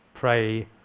pray